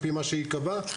כפי שייקבע.